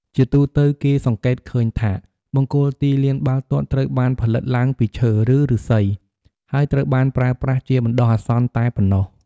ជាទូទៅ គេសង្កេតឃើញថា បង្គោលទីលានបាល់ទាត់ត្រូវបានផលិតឡើងពីឈើ ឬឫស្សី ហើយត្រូវបានប្រើប្រាស់ជាបណ្ដោះអាសន្នតែប៉ុណ្ណោះ។